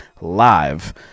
live